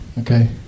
Okay